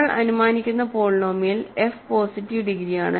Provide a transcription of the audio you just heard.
നമ്മൾ അനുമാനിക്കുന്ന polynomial F positive ഡിഗ്രിയാണ്